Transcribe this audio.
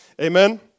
Amen